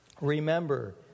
remember